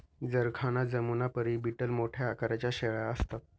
जरखाना जमुनापरी बीटल मोठ्या आकाराच्या शेळ्या असतात